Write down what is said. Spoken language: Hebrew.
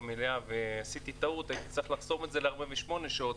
במליאת הכנסת ועשיתי טעות הייתי צריך לחסום את זה ל-48 שעות,